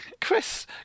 Chris